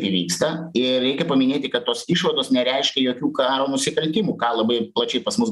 įvyksta ir reikia paminėti kad tos išvados nereiškia jokių karo nusikaltimų ką labai plačiai pas mus